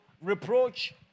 reproach